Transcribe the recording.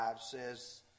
says